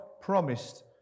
promised